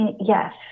yes